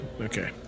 Okay